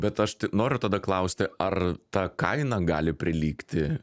bet aš t noriu tada klausti ar ta kaina gali prilygti